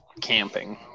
camping